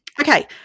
Okay